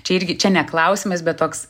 čia irgi čia ne klausimas bet toks